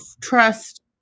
trust